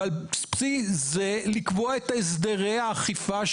ועל פי זה לקבוע את הסדרי האכיפה,